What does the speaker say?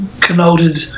connoted